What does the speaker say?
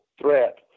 threat